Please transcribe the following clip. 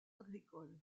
agricoles